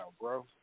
bro